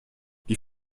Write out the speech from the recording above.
die